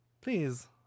please